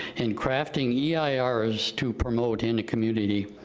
in crafting yeah ah eirs to promote in the community.